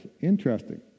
Interesting